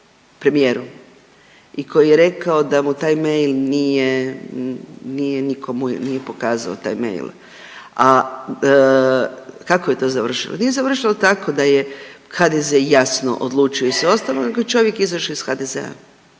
i koji je rekao da mu taj mail nije, nije, niko mu nije pokazao taj mail, a kako je to završilo? Nije završilo tako da je HDZ jasno odlučio i sve ostalo nego je čovjek izašao iz HDZ-a